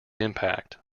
impact